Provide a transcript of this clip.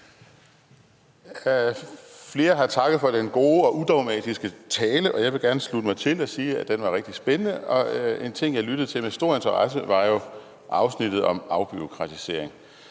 Flere har takket for den gode og udogmatiske tale, og jeg vil gerne slutte mig til dem og sige, at den var rigtig spændende. En ting, jeg lyttede til med stor interesse, var afsnittet om afbureaukratisering.